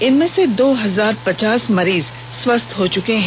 इनमें से दो हजार पचास मरीज स्वस्थ हो चुके हैं